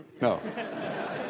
No